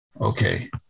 Okay